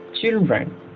Children